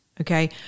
Okay